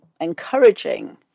encouraging